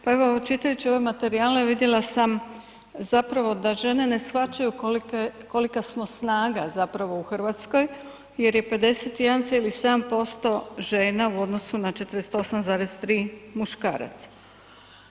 Pa evo, čitajući ove materijale, vidjela sam zapravo da žene ne shvaćaju kolika smo snaga zapravo u Hrvatskoj jer je 51,7% žena u odnosu na 48,3% muškaraca.